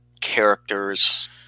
characters